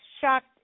shocked